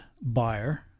buyer